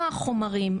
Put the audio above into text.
מה החומרים,